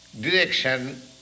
direction